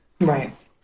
right